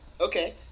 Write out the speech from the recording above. Okay